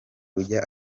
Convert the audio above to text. ujya